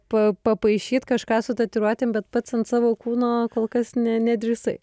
pa papaišyt kažką su tatuiruotėm bet pats ant savo kūno kol kas ne nedrįsai